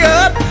up